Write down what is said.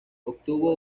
obtuvo